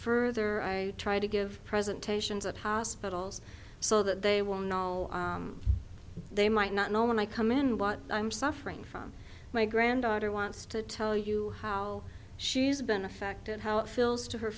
further i try to give presentations at hospitals so that they will know they might not know when i come in what i'm suffering from my granddaughter wants to tell you how she's been affected how it feels to her